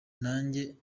nanjye